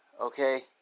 Okay